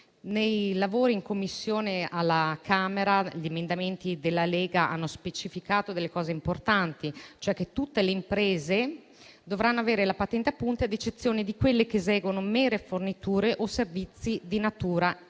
Nei lavori in Commissione alla Camera gli emendamenti della Lega hanno specificato cose importanti, cioè che tutte le imprese dovranno avere la patente a punti, ad eccezione di quelle che eseguono mere forniture o servizi di natura intellettuale.